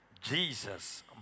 Jesus